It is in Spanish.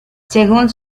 según